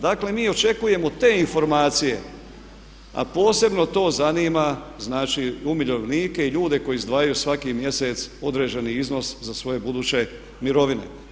Dakle mi očekujemo te informacije a posebno to zanima znači umirovljenike i ljude koji izdvajaju svaki mjeseci određeni iznos za svoje buduće mirovine.